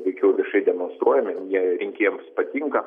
veikiau viešai demonstruojami ir jie rinkėjams patinka